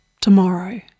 tomorrow